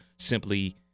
simply